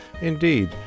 Indeed